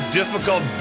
difficult